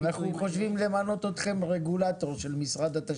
אנחנו חושבים למנות אתכם רגולטור של משרד התשתיות.